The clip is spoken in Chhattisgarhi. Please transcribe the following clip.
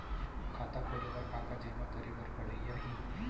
खाता खोले बर का का जेमा करे बर पढ़इया ही?